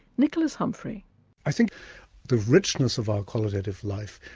nicholas humphrey i think the richness of our qualitative life,